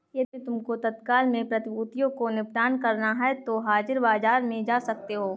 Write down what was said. यदि तुमको तत्काल में प्रतिभूतियों को निपटान करना है तो हाजिर बाजार में जा सकते हो